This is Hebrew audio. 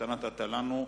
אתה נתת לנו.